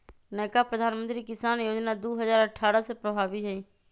नयका प्रधानमंत्री किसान जोजना दू हजार अट्ठारह से प्रभाबी हइ